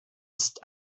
ist